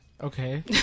Okay